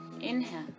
Inhale